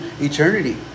eternity